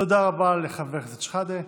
תודה רבה לחבר הכנסת שחאדה.